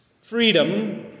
freedom